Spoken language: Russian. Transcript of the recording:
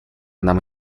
нам